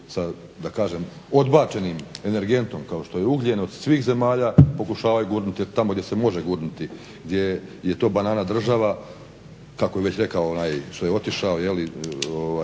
sa, da kažem odbačenim energentom kao što je ugljen od svih zemalja pokušavaju gurnuti tamo gdje se može gurnuti, gdje je to banana država kako je već rekao onaj što je otišao dakle u